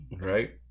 right